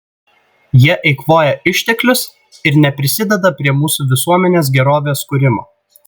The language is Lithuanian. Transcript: jie eikvoja išteklius ir neprisideda prie mūsų visuomenės gerovės kūrimo